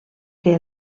que